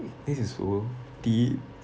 this is O T